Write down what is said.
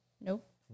Nope